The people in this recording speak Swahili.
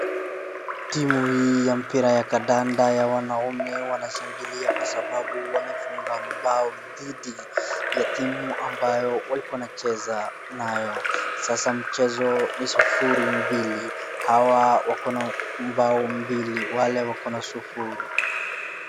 Timu ya mpira ya kadanda ya wanaume wanashangalia kwa sababu wamefunga bao kwa dhidi ya timu ambayo walikuwa wanacheza nayo. Hawa wakona bao mbili wale wakona sufuri.